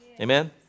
Amen